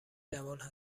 جوان